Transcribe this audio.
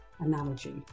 analogy